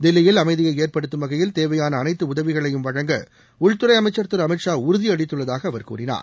தில்லியில் அமைதியை ஏற்படுத்தும் வகையில் தேவையான அளைத்து உதவிகளையும் வழங்க உள்துறை அமைச்சர் திரு அமித் ஷா உறுதியளித்துள்ளதாக அவர் கூறினார்